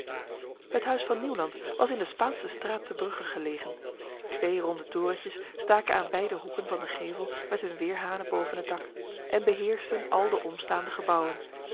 het huis van nieuwland was in de spaansestraat te brugge gelegen twee ronde torentjes staken aan beide hoeken van de gevel met hun weerhanen boven het dak en beheersten al de omstaande gebouwen